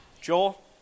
Joel